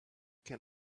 can